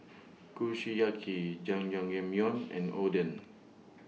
Kushiyaki Jajangmyeon and Oden